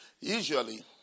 usually